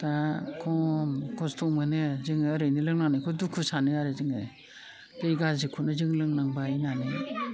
दा खम खस्थ' मोनो जोङो ओरैनो लोंनानैखौ दुखु सानो आरो जोङो दै गाज्रिखौनो जों लोंनांबाय होननानै